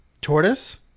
Tortoise